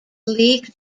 league